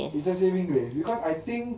it's a saving grace because I think